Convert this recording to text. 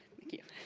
thank you.